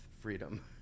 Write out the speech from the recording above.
freedom